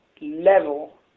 level